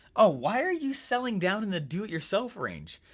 oh, why are you selling down in the do it yourself range.